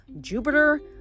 Jupiter